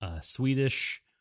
Swedish